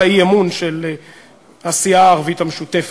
האי-אמון של הסיעה הערבית המשותפת.